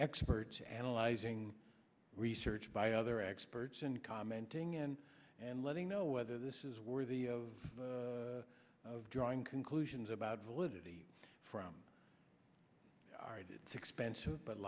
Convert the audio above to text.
experts analyzing research by other experts and commenting and and letting know whether this is worthy of drawing conclusions about validity from art it's expensive but